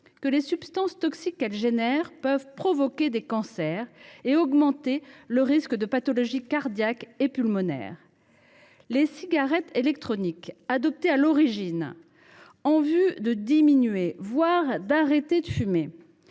que les substances toxiques qu’elles généraient pouvaient provoquer des cancers et augmenter les risques de pathologies cardiaques et pulmonaires. Ces cigarettes électroniques, pensées à l’origine pour permettre la diminution, voire l’arrêt, de la